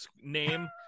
name